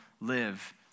live